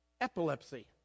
epilepsy